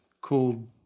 called